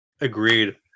Agreed